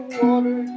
water